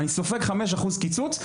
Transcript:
אני סופג 5% קיצוץ.